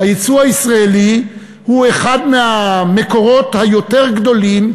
היצוא הישראלי הוא אחד מהמקורות היותר-גדולים,